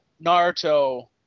Naruto